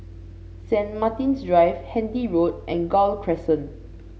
Saint Martin's Drive Handy Road and Gul Crescent